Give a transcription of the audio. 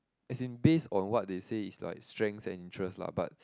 as in base on what they say is like strengths and interest lah but